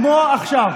כמו עכשיו,